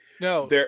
No